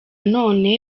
none